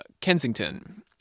Kensington